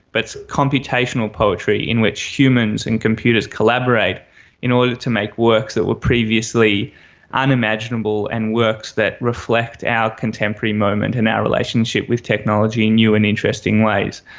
but it's computational poetry in which humans and computers collaborate in order to make works that were previously unimaginable and works that reflect our contemporary moment and our relationship with technology in new and interesting ways.